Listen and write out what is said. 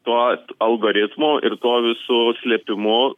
to algoritmų ir tuo visu slėpimu